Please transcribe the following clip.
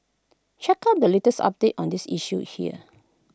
check out the latest update on this issue here